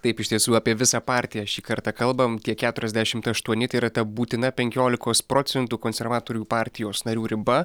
taip iš tiesų apie visą partiją šį kartą kalbam tie keturiasdešimt aštuoni tai yra ta būtina penkiolikos procentų konservatorių partijos narių riba